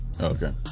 Okay